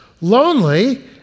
lonely